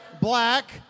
black